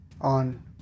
on